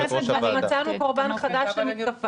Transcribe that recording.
גברתי יושבת ראש הוועדה --- אז מצאנו קורבן חדש למתקפה.